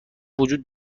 وجود